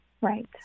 Right